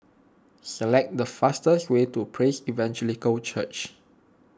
select the fastest way to Praise Evangelical Church